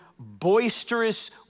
boisterous